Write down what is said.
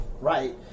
right